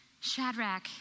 Shadrach